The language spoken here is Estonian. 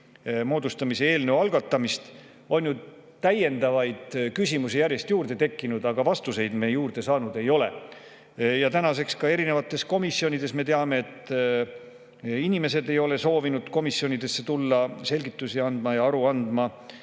moodustamise eelnõu algatamist on ju täiendavaid küsimusi järjest juurde tekkinud, aga vastuseid me juurde saanud ei ole. Tänaseks teame ka erinevatest komisjonidest, et inimesed ei ole soovinud neisse komisjonidesse tulla selgitusi ja aru andma.